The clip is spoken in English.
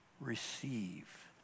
Receive